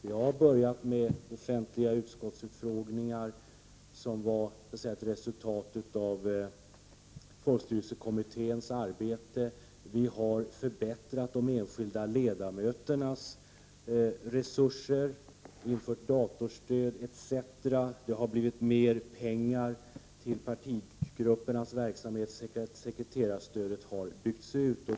Vi har börjat med offentliga utskottsutfrågningar, som är ett resultat av folkstyrelsekommitténs arbete. Vi har förbättrat de enskilda ledamöternas res: — r, genom att införa datorstöd etc. Det har blivit mer pengar till partigruppernas verksamhet, och sekreterarstödet har byggts ut.